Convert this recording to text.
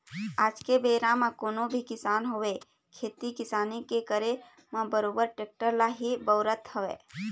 आज के बेरा म कोनो भी किसान होवय खेती किसानी के करे म बरोबर टेक्टर ल ही बउरत हवय